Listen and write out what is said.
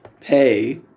pay